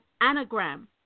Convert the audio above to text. anagram